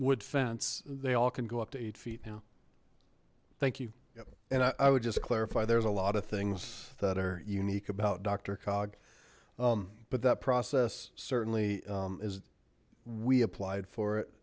wood fence they all can go up to eight feet now thank you and i would just clarify there's a lot of things that are unique about doctor cog but that process certainly is we applied for it